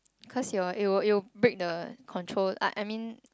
cause your it will it will break the control I I mean